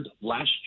last